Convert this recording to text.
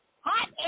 Hot